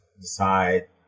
decide